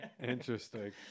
Interesting